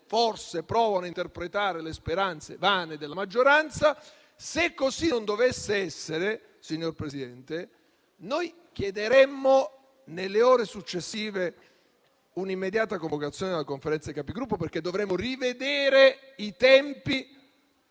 forse provano a interpretare le speranze vane della maggioranza. Se così non dovesse essere, signor Presidente, nelle ore successive noi chiederemo un'immediata convocazione della Conferenza dei Capigruppo, perché dovremo rivedere i tempi